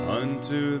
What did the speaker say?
unto